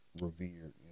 revered